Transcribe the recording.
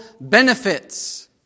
benefits